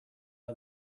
out